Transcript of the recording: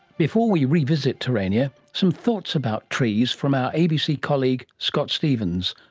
before we revisit terania, some thoughts about trees from our abc colleague scott stephens,